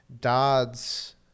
Dodd's